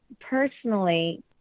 personally